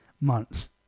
months